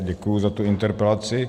Děkuji za tu interpelaci.